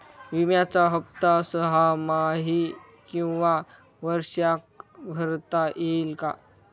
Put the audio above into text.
विम्याचा हफ्ता सहामाही किंवा वार्षिक भरता येईल का?